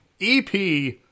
EP